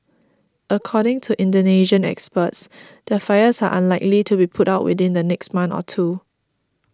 according to Indonesian experts the fires are unlikely to be put out within the next month or two